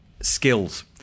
skills